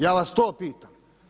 Ja vas to pitam.